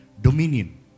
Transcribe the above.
dominion